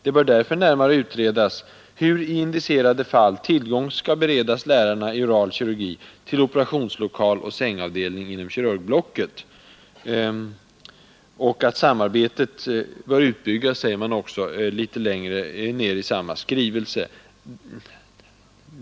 ”Det bör därför närmare utredas hur i indicerade fall tillgång skall beredas lärarna i oral kirurgi till operationslokaloch sängavdelning inom kirurgblocket.” Litet längre ned i samma skrivelse säger man också att samarbetet bör utbyggas.